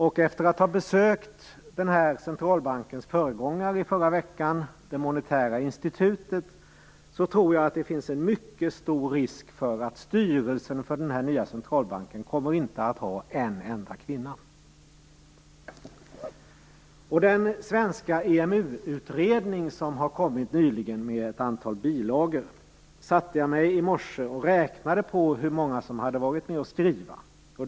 Efter att förra veckan ha besökt den centralbankens föregångare, det monetära institutet, tror jag att det finns en mycket stor risk att styrelsen för den nya centralbanken inte kommer att ha en enda kvinna. En svensk EMU-utredning har nyligen kommit med ett antal bilagor, och i morse satte jag mig och räknade bland dem som varit med och skrivit.